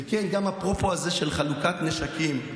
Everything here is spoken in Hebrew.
וכן, גם אפרופו חלוקת נשקים,